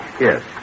Yes